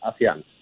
ASEAN